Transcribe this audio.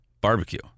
barbecue